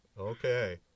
Okay